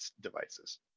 devices